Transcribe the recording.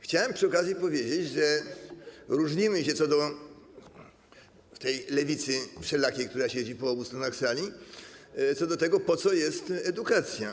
Chciałem przy okazji powiedzieć, że różnimy się - w tej lewicy wszelakiej, która siedzi po obu stronach sali - co do tego, po co jest edukacja.